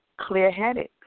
clear-headed